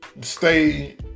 stay